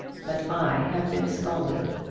but i have been scalded.